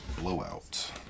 blowout